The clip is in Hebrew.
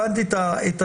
הבנתי את הנתון.